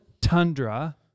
tundra